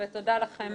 ודמוקרטית.